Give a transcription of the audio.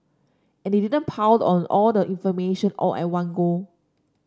and they didn't pile on all the information all at one go